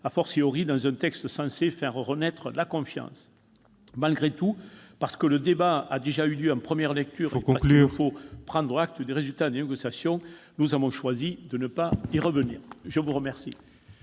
pays, dans un texte censé faire renaître la confiance. Il faut conclure ! Malgré tout, parce que le débat a déjà eu lieu en première lecture et parce qu'il faut prendre acte des résultats des négociations, nous avons choisi de ne pas y revenir. La parole